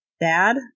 Dad